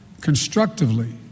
constructively